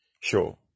sure